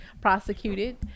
prosecuted